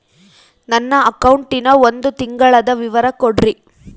ನನ್ನ ಅಕೌಂಟಿನ ಒಂದು ತಿಂಗಳದ ವಿವರ ಕೊಡ್ರಿ?